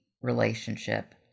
relationship